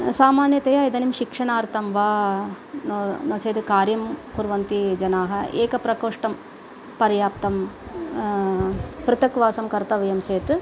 सामान्यतया इदानीं शिक्षणार्थं वा नो चेद् कार्यं कुर्वन्ति जनाः एकः प्रकोष्ठः पर्याप्तं पृथक् वासं कर्तव्यं चेत्